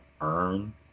earn